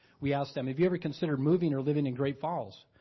we ask them, have you every considered moving or living in great falls?